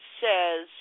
says